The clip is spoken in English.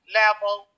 level